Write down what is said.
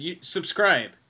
subscribe